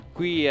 Qui